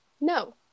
No